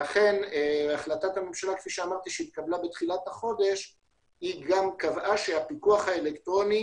אכן החלטת הממשלה שהתקבלה בתחילת החודש קבעה גם שהפיקוח האלקטרוני